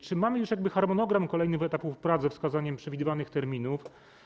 Czy mamy już harmonogram kolejnych etapów prac, ze wskazaniem przewidywanych terminów?